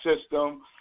system